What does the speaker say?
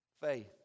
Faith